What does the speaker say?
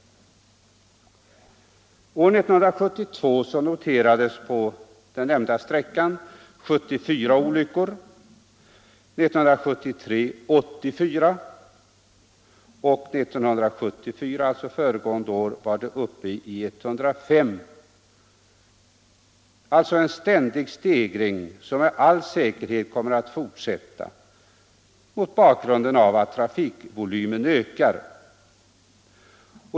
År 1972 noterades på detta vägavsnitt 74 olyckor, år 1973 var antalet 84 och år 1974, alltså föregående år, var det uppe i 105. Det är alltså en ständig stegring som med all säkerhet kommer att fortsätta mot bakgrund av att trafikvolymen ökar.